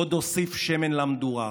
עוד אוסיף שמן למדורה.